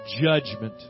judgment